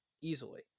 easily